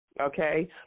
Okay